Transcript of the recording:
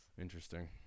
Interesting